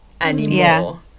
anymore